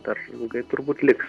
dar ilgai turbūt liks